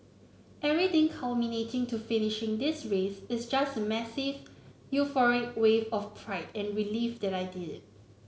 everything culminating to finishing this race is just a massive euphoric wave of pride and relief that I did it